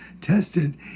tested